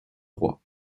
roi